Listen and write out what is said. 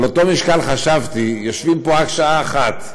על אותו משקל חשבתי: יושבים פה רק שעה אחת,